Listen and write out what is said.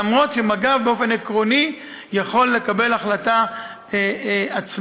למרות שמג"ב באופן עקרוני יכול לקבל החלטה עצמאית,